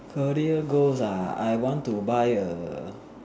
career goals ah I want to buy a